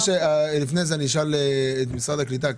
אז לפני זה אני אשאל את משרד הקליטה,